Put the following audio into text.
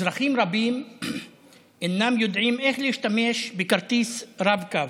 אזרחים רבים אינם יודעים איך להשתמש בכרטיס רב-קו,